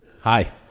Hi